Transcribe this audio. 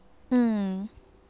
mm